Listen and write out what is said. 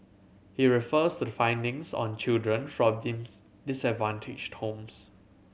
he refers to the findings on children fourteens disadvantaged homes